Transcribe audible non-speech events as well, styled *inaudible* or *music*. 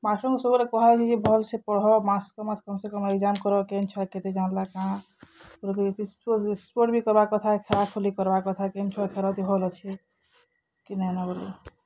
ମାଷ୍ଟର୍ଙ୍କୁ ସବୁବେଳେ କୁହାଯାଇସି ଯେ ଭଲ୍ ସେ ପଢ଼ ମାସ୍ କୁ ମାସ୍ କମ୍ ସେ କମ୍ ଏଗ୍ଯାମ୍ କର୍ କେନ୍ ଛୁଆ କେତେ ଯାନ୍ଲା କାଣା ଯଦି ୟୁ ପି ସ୍କୁଲ୍ *unintelligible* କର୍ବା କଥା ଖେଳ ଖୁଲି କର୍ବା କଥା କେନ୍ ଛୁଆ ଖେଳ ଥି ଭଲ ଅଛେ କି ନାଇଁନ ବୋଲି